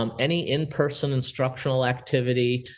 um any in-person instructional activity.